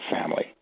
family